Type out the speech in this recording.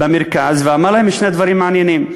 במרכז, ואמר להם שני דברים מעניינים.